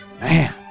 Man